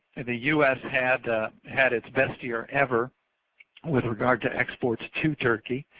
the u s. had ah had its best year ever with regard to exports to turkey.